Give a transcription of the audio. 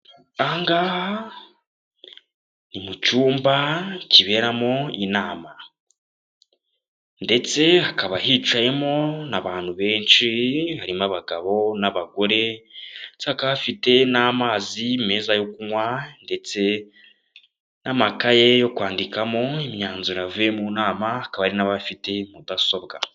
Aha ngaha ni mu cyumba kiberamo inama ndetse hakaba hicayemo n'abantu benshi, harimo abagabo n'abagore ndetse bakaba bafite n'amazi meza yo kunywa ndetse n'amakaye yo kwandikamo imyanzuro yavuye mu nama, hakaba n'abafite mudasobwa.